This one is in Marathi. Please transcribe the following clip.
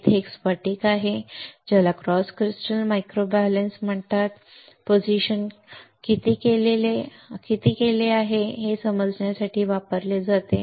येथे एक क्रिस्टल आहे ज्याला क्वार्ट्ज क्रिस्टल मायक्रोबॅलन्स म्हणतात पोझिशन किती केले आहे हे समजण्यासाठी वापरले जाते